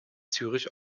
zürich